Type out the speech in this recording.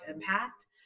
impact